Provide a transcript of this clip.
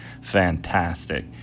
fantastic